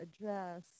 address